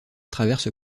traverse